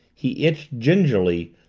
he inched, gingerly,